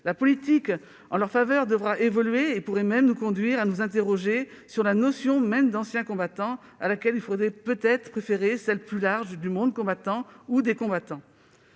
La politique en leur faveur devra évoluer et pourrait nous conduire à nous interroger sur la notion même d'ancien combattant, à laquelle il faudrait peut-être préférer celle, plus large, de « monde combattant », voire de « combattant